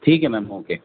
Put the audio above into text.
ٹھیک ہے ma'am okay